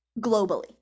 globally